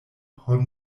por